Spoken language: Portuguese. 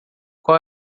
qual